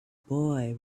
boy